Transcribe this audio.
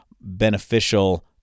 beneficial